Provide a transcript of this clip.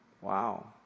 Wow